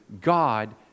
God